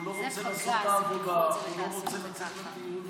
הוא לא רוצה לצאת לעבודה, הוא לא רוצה לצאת לטיול.